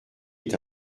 est